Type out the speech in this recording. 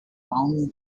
found